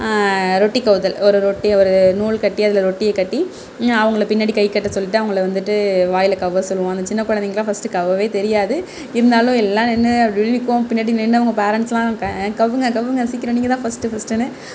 ரொட்டி கவ்வுதல் ஒரு ரொட்டியை ஒரு நூல் கட்டி அதில் ரொட்டியை கட்டி அவங்கள பின்னாடி கை கட்ட சொல்லிவிட்டு அவங்கள வந்துட்டு வாயால் கவ்வ சொல்லுவோம் அந்த சின்ன குழந்தைங்களுக்கலாம் ஃபஸ்ட்டு கவ்வவே தெரியாது இருந்தாலும் எல்லாம் நின்று பின்னாடி நின்று அவங்க பேரெண்ட்ஸ்லாம் கவ்வுங்க கவ்வுங்க சீக்கரம் நீங்கதான் ஃபஸ்ட்டு ஃபஸ்ட்டுனு